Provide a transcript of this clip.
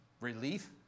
relief